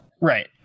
Right